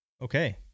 Okay